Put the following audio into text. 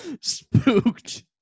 Spooked